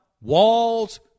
Walls